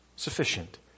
Sufficient